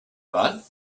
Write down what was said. but